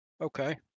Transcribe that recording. Okay